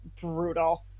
brutal